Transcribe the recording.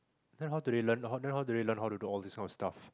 then how do they learn then how do they learn how to do all this kind of stuff